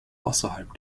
außerhalb